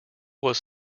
was